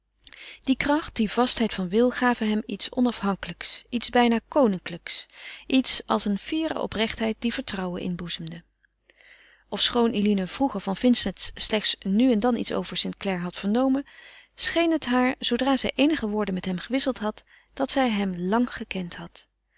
die kracht die vastheid van wil gaven hem iets onafhankelijks iets bijna koninklijks iets als een fiere oprechtheid die vertrouwen inboezemde ofschoon eline vroeger van vincent slechts nu en dan iets over st clare had vernomen scheen het haar zoodra zij eenige woorden met hem gewisseld had dat zij hem lang gekend had